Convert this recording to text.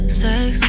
sex